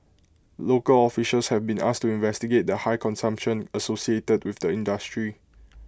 local officials have been asked to investigate the high consumption associated with the industry